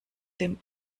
dem